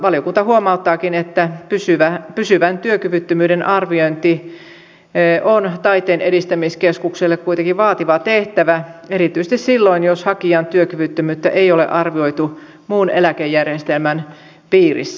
valiokunta huomauttaakin että pysyvän työkyvyttömyyden arviointi on taiteen edistämiskeskukselle kuitenkin vaativa tehtävä erityisesti silloin jos hakijan työkyvyttömyyttä ei ole arvioitu muun eläkejärjestelmän piirissä